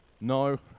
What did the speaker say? no